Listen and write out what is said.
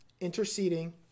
interceding